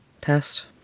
test